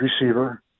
receiver